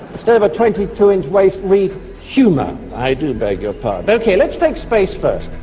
instead of a twenty two inch waist, read humour. i do beg your pardon. okay, let's take space first,